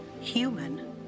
human